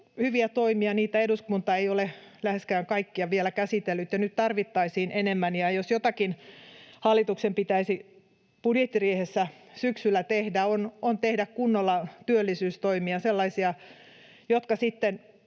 hyviä toimia, mutta niitä eduskunta ei ole läheskään kaikkia vielä käsitellyt, ja nyt tarvittaisiin enemmän. Ja jos jotakin hallituksen pitäisi budjettiriihessä syksyllä tehdä, niin tehdä kunnolla työllisyystoimia, sellaisia, jotka sitten